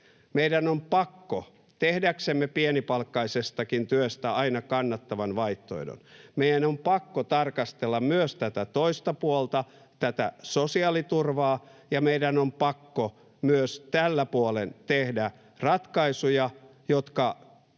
myös tekee. Tehdäksemme pienipalkkaisestakin työstä aina kannattavan vaihtoehdon meidän on pakko tarkastella myös tätä toista puolta, tätä sosiaaliturvaa, ja meidän on pakko myös tällä puolen tehdä ratkaisuja, jotka